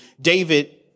David